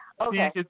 okay